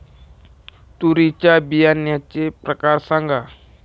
तूरीच्या बियाण्याचे प्रकार सांगा